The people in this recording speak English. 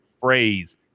phrase